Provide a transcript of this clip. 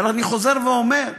אבל אני חוזר ואומר: